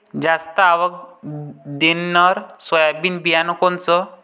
जास्त आवक देणनरं सोयाबीन बियानं कोनचं?